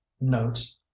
notes